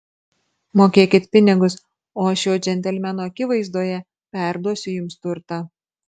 mokėkit pinigus o aš šio džentelmeno akivaizdoje perduosiu jums turtą